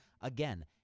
Again